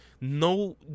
no